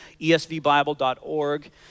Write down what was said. esvbible.org